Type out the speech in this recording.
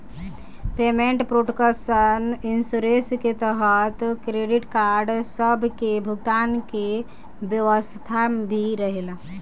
payment protection insurance के तहत credit card सब के भुगतान के व्यवस्था भी रहेला